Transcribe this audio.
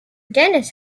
dennis